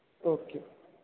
okay